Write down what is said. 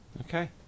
Okay